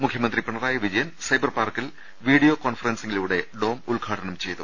മുഖ്യമന്ത്രി പിണറായി വിജയൻ സൈബർപാർക്കിൽ വീഡിയോ കോൺഫറൻസിംഗിലൂടെ ഡോം ഉദ്ഘാടനം ചെയ്തു